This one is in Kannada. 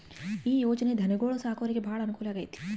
ಈ ಯೊಜನೆ ಧನುಗೊಳು ಸಾಕೊರಿಗೆ ಬಾಳ ಅನುಕೂಲ ಆಗ್ಯತೆ